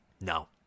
no